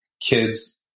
kids